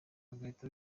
bagahita